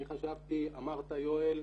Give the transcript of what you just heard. אני חשבתי, אמרת, יואל,